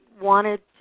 wanted